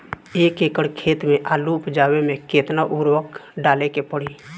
एक एकड़ खेत मे आलू उपजावे मे केतना उर्वरक डाले के पड़ी?